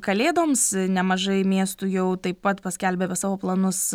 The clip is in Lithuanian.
kalėdoms nemažai miestų jau taip pat paskelbė apie savo planus